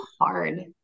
hard